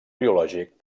biològic